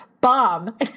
bomb